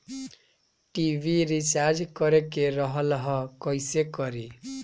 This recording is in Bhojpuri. टी.वी रिचार्ज करे के रहल ह कइसे करी?